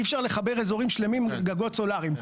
אי-אפשר לחבר אזורים שלמים עם גגות סולריים.